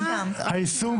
היישום,